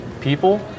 people